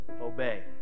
obey